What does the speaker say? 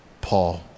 Paul